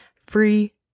free